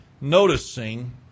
noticing